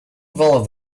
valve